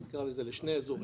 נקרא לזה לשני אזורים,